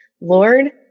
Lord